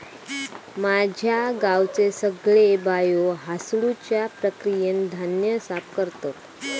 माझ्या गावचे सगळे बायो हासडुच्या प्रक्रियेन धान्य साफ करतत